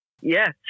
Yes